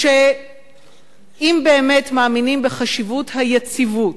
כשאם באמת מאמינים בחשיבות היציבות,